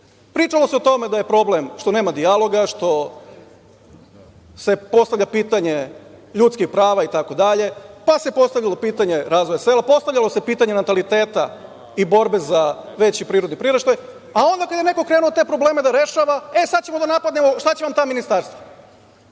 slučaju. Pričalo se o tome da je problem što nema dijaloga, što se postavlja pitanje ljudskih prava, itd. Pa, se postavilo pitanje razvoja na selu, postavlja se pitanje nataliteta i borbe za veći prirodni priraštaj. A onda, kada je neko krenuo te probleme da rešava, e sad ćemo da napadnemo, šta će nam ta ministarstva?